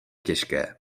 těžké